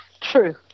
True